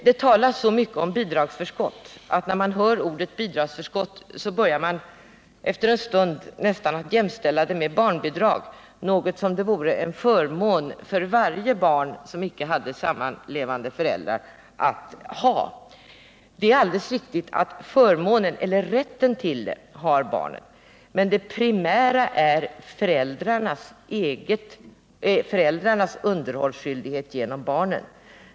Det talas så mycket om bidragsförskott att man nästan börjar tro att det jämställs med barnbidrag och betraktas som ett bidrag som det vore en förmån för varje barn som icke har sammanboende föräldrar att få. Det är alldeles riktigt att barnet har rärt till bidragsförskott, men det primära är föräldrarnas egen underhållsskyldighet gentemot barnen.